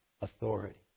authority